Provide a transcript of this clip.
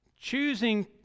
choosing